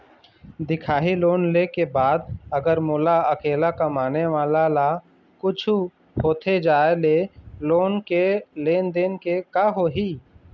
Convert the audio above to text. दिखाही लोन ले के बाद अगर मोला अकेला कमाने वाला ला कुछू होथे जाय ले लोन के लेनदेन के का होही?